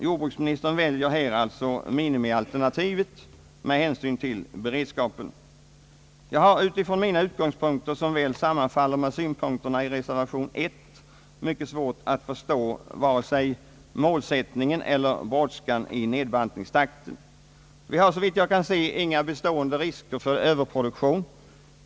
Jordbruksministern väljer alltså här minimialternativet med hänsyn till beredskapen. Jag har från mina utgångspunkter, som väl sammanfaller med synpunkter i reservation 1, mycket svårt att förstå denna målsättning liksom brådskan i nedbantningstakten. Det finns, såvitt jag kan se, inga bestående risker för överproduktion.